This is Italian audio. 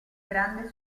grande